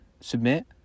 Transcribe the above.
Submit